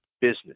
business